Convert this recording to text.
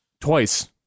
twice